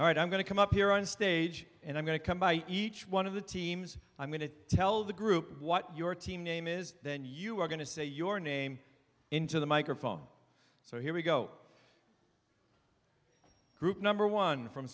all right i'm going to come up here on stage and i'm going to come by each one of the teams i'm going to tell the group what your team name is then you're going to say your name into the microphone so here we go group number one from